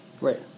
Right